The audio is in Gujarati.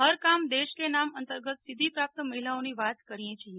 હર કામ દેશ કે નામ અંતર્ગત સિદ્ધિ પ્રાપ્ત મહિલાઓની વાત કરીએ છીએ